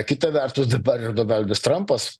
kita vertus dabar ir donaldas trampas